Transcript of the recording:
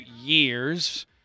years